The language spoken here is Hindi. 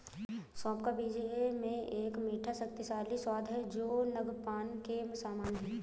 सौंफ का बीज में एक मीठा, शक्तिशाली स्वाद है जो नद्यपान के समान है